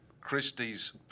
Christie's